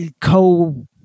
co